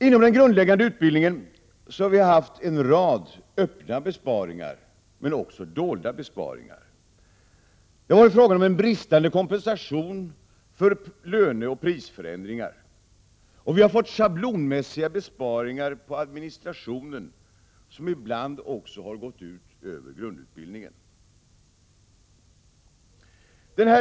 Inom den grundläggande utbildningen har vi haft en rad öppna besparingar, men också dolda besparingar. Det har varit fråga om en bristande kompensation för löneoch prisförändringar. Vi har fått schablonmässiga besparingar på administrationen, som ibland också har gått ut över grundutbildningen.